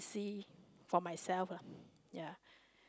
see for myself lah ya